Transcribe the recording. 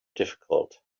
difficult